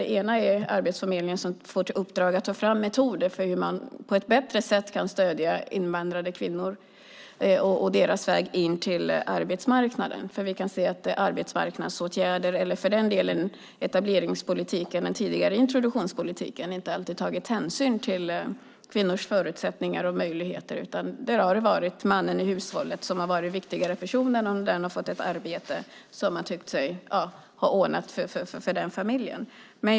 Den ena är Arbetsförmedlingen, som får till uppdrag att ta fram metoder för att på ett bättre sätt stödja invandrade kvinnor och deras väg in på arbetsmarknaden. Vi kan se att arbetsmarknadsåtgärder eller, för den delen, etableringspolitiken i den tidigare integrationspolitiken inte alltid har tagit hänsyn till kvinnors förutsättningar och möjligheter. Det har varit mannen i hushållet som har ansetts som den viktigare personen, och när han har fått ett arbete har man tyckt att man har ordnat det för den familjen.